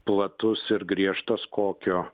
platus ir griežtas kokio